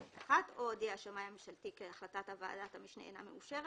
(ב1) או הודיע השמאי הממשלתי כי החלטת ועדת המשנה אינה מאושרת,